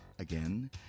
again